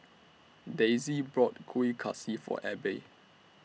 Dayse bought Kueh Kaswi For Abbey